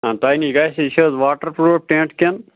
تۄہہِ نِش گژھِ یہِ چھِ حظ واٹَر پرٛوٗف ٹٮ۪نٛٹ کِنہٕ